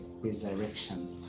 resurrection